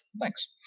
Thanks